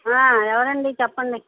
ఎవరండీ చెప్పండి